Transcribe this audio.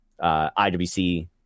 IWC